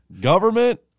Government